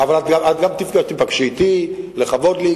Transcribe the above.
את גם תיפגשי אתי, לכבוד לי.